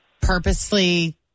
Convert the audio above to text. purposely